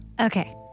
Okay